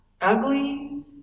ugly